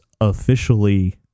officially